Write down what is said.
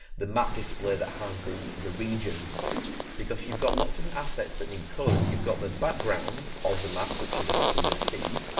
the map display that has the, the regions because you've got lots of and assets that need colouring, you've got the background of the map which is effectively the sea,